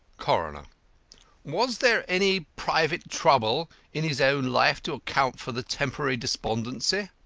coroner was there any private trouble in his own life to account for the temporary despondency?